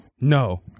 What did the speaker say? no